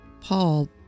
Paul